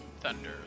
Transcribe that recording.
Thunder